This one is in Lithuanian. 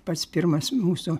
pats pirmas mūsų